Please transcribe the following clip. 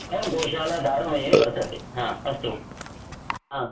अहं गोशाला दार्मये वर्तते हा अस्तु हा